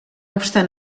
obstant